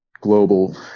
global